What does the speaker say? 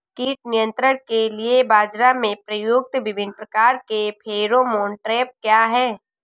कीट नियंत्रण के लिए बाजरा में प्रयुक्त विभिन्न प्रकार के फेरोमोन ट्रैप क्या है?